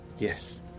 Yes